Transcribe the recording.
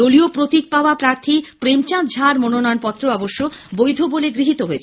দলীয় প্রতীক পাওয়া প্রার্থী প্রেমচাঁদ ঝার মনোনয়নপত্র অবশ্য বৈধ বলে গৃহীত হয়েছে